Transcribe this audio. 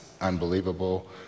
unbelievable